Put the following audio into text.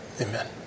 Amen